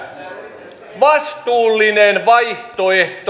viidentenä vastuullinen vaihtoehto